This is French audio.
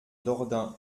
dordain